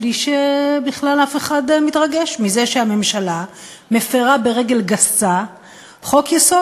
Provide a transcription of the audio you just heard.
בלי שבכלל אף אחד לא מתרגש מזה שהממשלה מפרה ברגל גסה חוק-יסוד.